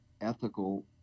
ethical